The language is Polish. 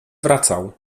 wracał